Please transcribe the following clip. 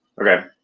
okay